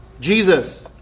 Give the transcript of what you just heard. Jesus